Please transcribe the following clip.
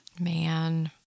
Man